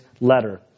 letter